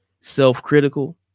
self-critical